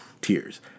tears